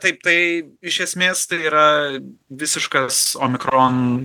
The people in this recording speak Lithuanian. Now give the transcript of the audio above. taip tai iš esmės tai yra visiškas omikron